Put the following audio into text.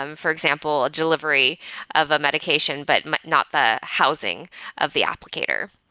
um for example, a delivery of a medication but not the housing of the applicator.